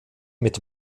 mit